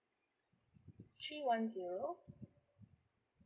three one zero